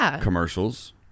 commercials